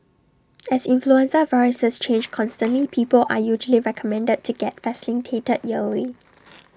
as influenza viruses change constantly people are usually recommended to get vaccinated yearly